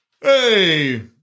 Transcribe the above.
Hey